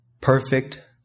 perfect